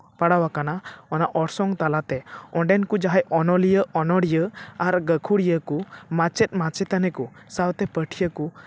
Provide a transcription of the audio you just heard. ᱯᱟᱲᱟᱣ ᱟᱠᱟᱱᱟ ᱚᱱᱟ ᱚᱨᱥᱚᱝ ᱛᱟᱞᱟᱛᱮ ᱚᱸᱰᱮᱱ ᱠᱚ ᱡᱟᱦᱟᱸᱭ ᱚᱱᱚᱞᱤᱭᱟᱹ ᱚᱱᱚᱬᱦᱤᱭᱟᱹ ᱟᱨ ᱜᱟᱹᱠᱷᱩᱲᱤᱭᱟᱹ ᱠᱚ ᱢᱟᱪᱮᱫ ᱢᱟᱪᱮᱛᱟᱹᱱᱤ ᱠᱚ ᱥᱟᱶᱛᱮ ᱯᱟᱹᱴᱷᱣᱟᱹ ᱠᱚ